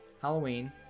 Halloween